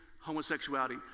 homosexuality